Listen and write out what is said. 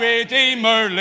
Redeemer